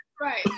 Right